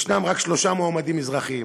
רק שלושה מועמדים מזרחים.